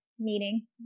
meeting